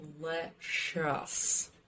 delicious